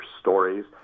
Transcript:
stories